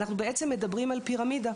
אנחנו בעצם מדברים על פירמידה.